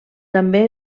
també